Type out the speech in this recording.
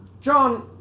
John